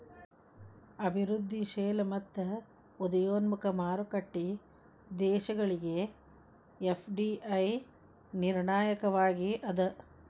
ಅಭಿವೃದ್ಧಿಶೇಲ ಮತ್ತ ಉದಯೋನ್ಮುಖ ಮಾರುಕಟ್ಟಿ ದೇಶಗಳಿಗೆ ಎಫ್.ಡಿ.ಐ ನಿರ್ಣಾಯಕವಾಗಿ ಅದ